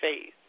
faith